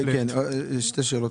יש לי שתי שאלות.